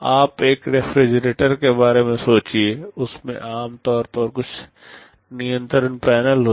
आप एक रेफ्रिजरेटर के बारे में सोचिए उसमें आम तौर पर कुछ नियंत्रण पैनल होते हैं